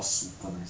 你